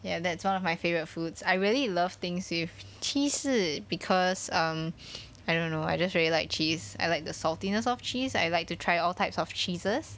ya that's one of my favourite foods I really love things with 芝士 because um I don't know I just really like cheese I like the saltiness of cheese I like to try all types of cheeses